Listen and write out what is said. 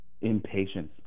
Impatience